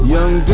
Young